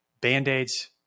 Band-Aids